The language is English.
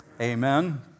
Amen